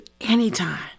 anytime